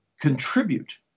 contribute